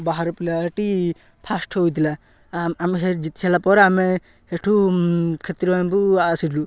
ବାହାରୁ ପିଲାଟି ଫାର୍ଷ୍ଟ ହୋଇଥିଲା ଆମେ ସେ ଜିତି ସାରିଲା ପରେ ଆମେ ସେଠୁ କ୍ଷତିର ଆମ୍ବୁ ଆସିଲୁ